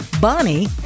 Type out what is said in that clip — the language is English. Bonnie